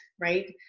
right